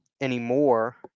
anymore